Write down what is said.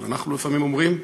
אבל אנחנו לפעמים אומרים,